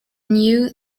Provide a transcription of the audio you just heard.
knew